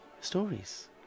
stories